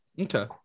Okay